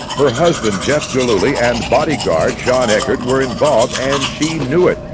her husband jeff gillooly and bodyguard shawn eckhardt were involved, and she knew it.